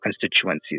constituencies